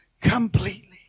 completely